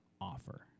offer